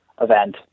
event